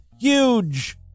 huge